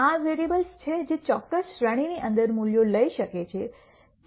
આ વેરીએબલ્સ છે જે ચોક્કસ શ્રેણીની અંદર મૂલ્યો લઈ શકે છે